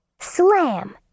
Slam